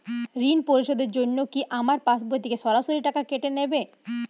ঋণ পরিশোধের জন্য কি আমার পাশবই থেকে সরাসরি টাকা কেটে নেবে?